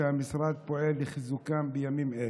שהמשרד פועל לחיזוקם בימים אלה.